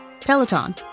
Peloton